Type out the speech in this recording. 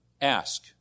Ask